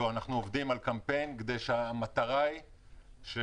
אנחנו עובדים על קמפיין כשהמטרה היא שתעשיית